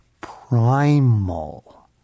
primal